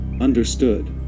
Understood